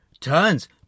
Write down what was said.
tons